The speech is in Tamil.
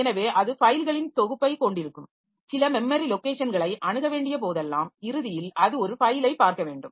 எனவே அது ஃபைல்களின் தொகுப்பை கொண்டிருக்கும் சில மெமரி லாெக்கேஷன்களை அணுக வேண்டிய போதெல்லாம் இறுதியில் அது ஒரு ஃபைலை பார்க்க வேண்டும்